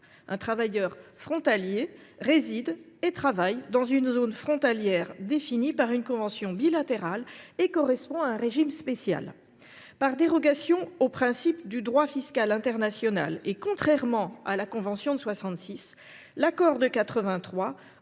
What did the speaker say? Un travailleur frontalier réside et travaille dans une zone frontalière définie par une convention bilatérale et se voit attacher un régime spécial. Par dérogation au principe du droit fiscal international, et contrairement à la convention de 1966, l’accord de 1983